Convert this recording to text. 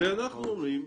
אנחנו אומרים,